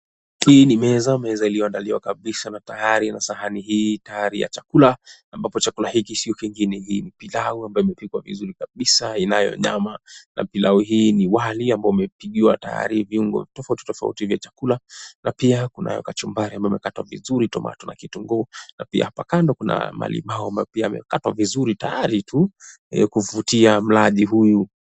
Hii ni meza. Meza iliyoandaliwa kabisa na tayari na sahani hii tayari ya chakula ambapo chakula hiki sio kingine ni pilau ambayo imepikwa vizuri kabisa, inayo nyama. Na pilau hii ni wa wali ambao umepigiwa tayari viungo tofauti tofauti vya chakula na pia kunayo kachumbari ambayo imekatwa vizuri tomato tuna kitunguu. Na pia hapa kando kuna malimau ambayo pia amekatwa vizuri tayari tu kuvutia mlaji huyu.